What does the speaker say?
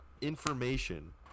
information